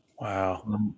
Wow